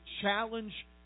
challenge